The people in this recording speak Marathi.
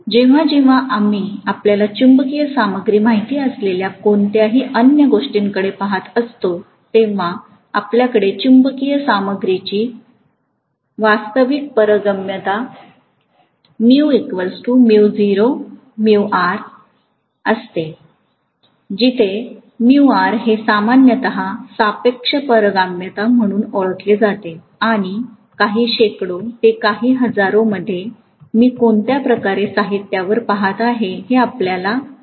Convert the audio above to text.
जेव्हा जेव्हा आम्ही आपल्याला चुंबकीय सामग्री माहित असलेल्या कोणत्याही अन्य गोष्टींकडे पहात असतो तेव्हा आपल्याकडे चुंबकीय सामग्रीची वास्तविक पारगम्यता असते जिथे हे सामान्यत सापेक्ष पारगम्यता म्हणून ओळखले जाते आणि काही शेकडो ते काही हजारो मध्ये मी कोणत्या प्रकारच्या साहित्यावर पहात आहे हे आपल्याला माहित आहे